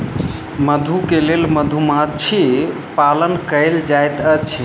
मधु के लेल मधुमाछी पालन कएल जाइत अछि